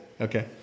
Okay